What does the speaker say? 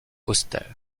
austère